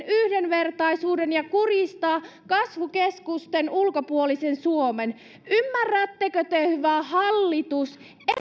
yhdenvertaisuuden ja kuristaa kasvukeskusten ulkopuolisen suomen ymmärrättekö te hyvä hallitus